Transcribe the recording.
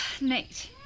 Nate